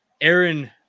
Aaron